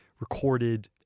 recorded